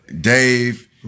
Dave